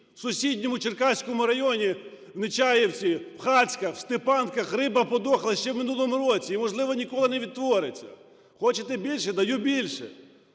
В сусідньому Черкаському районі, в Нечаївці, в Хацьках, в Степанках, риба подохла ще в минулому році і, можливо, ніколи не відтвориться. Хочете більше? Даю більше.